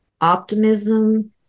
optimism